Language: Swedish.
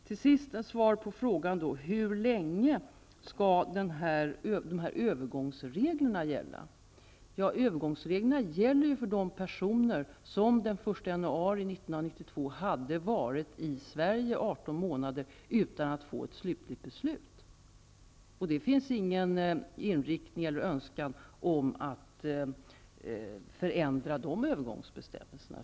Till sist vill jag säga följande som svar på frågan om hur länge de här övergångsreglerna skall gälla. 1 januari 1992 hade varit i Sverige 18 månader utan att få ett slutligt beslut. Det finns ingen inriktning eller önskan att förändra de övergångsbestämmelserna.